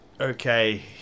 Okay